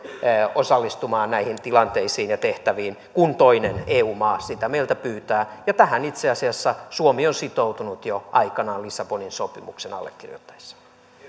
osallistumaan näihin tilanteisiin ja tehtäviin kun toinen eu maa sitä meiltä pyytää ja tähän suomi itse asiassa on sitoutunut jo aikanaan lissabonin sopimuksen allekirjoittaessaan